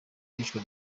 iyicwa